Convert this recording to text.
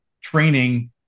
training